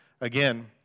again